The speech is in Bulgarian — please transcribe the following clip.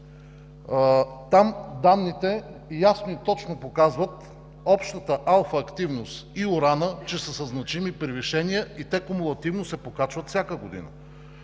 ч. Данните там показват, че общата алфа-активност и уранът са със значими превишения и те кумулативно се покачват всяка година.